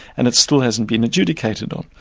and it still hasn't been adjudicated on.